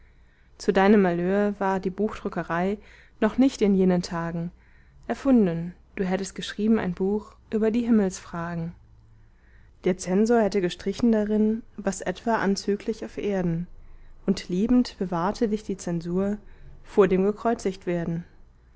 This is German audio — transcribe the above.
zu deinem malheur war die buchdruckerei noch nicht in jenen tagen erfunden du hättest geschrieben ein buch über die himmelsfragen der zensor hätte gestrichen darin was etwa anzüglich auf erden und liebend bewahrte dich die zensur vor dem